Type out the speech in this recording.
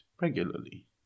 regularly